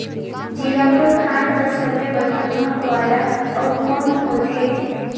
जीराफुल धान कस सबले बढ़िया महक वाला अउ कोन होथै?